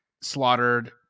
slaughtered